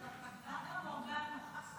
פטה מורגנה.